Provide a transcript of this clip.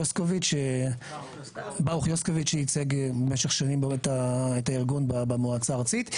יוסקוביץ שייצג במשך שנים את הארגון במועצה הארצית,